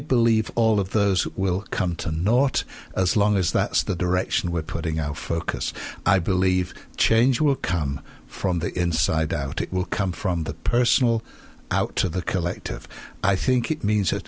believe all of those will come to naught as long as that's the direction we're putting our focus i believe change will come from the inside out it will come from the personal out of the collective i think it means that